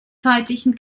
zeitlichen